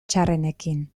txarrenekin